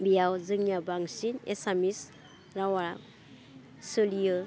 बेयाव जोंनिया बांसिन एसामिस रावा सोलियो